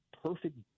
perfect